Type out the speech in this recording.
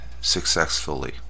successfully